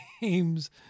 games